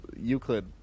Euclid